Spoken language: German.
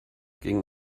ging